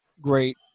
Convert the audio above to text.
great